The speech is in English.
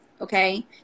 okay